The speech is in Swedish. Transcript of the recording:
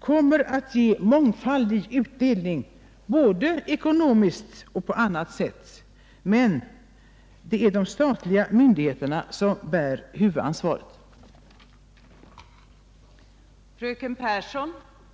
kommer att ge mångfaldig utdelning — både ekonomiskt och på annat sätt. Det är dock de statliga myndigheterna som skall bära huvudansvaret för dessa satsningar.